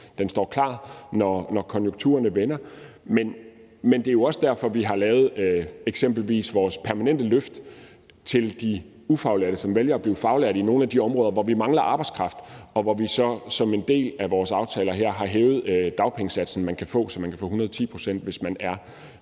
den står klar, når konjunkturerne vender. Det er jo også derfor, vi har lavet eksempelvis vores permanente løft til de ufaglærte, som vælger at blive faglærte, i nogle af de områder, hvor vi mangler arbejdskraft, og hvor vi som en del af vores aftaler her har hævet dagpengesatsen, man kan få, så man kan få 110 pct., hvis man er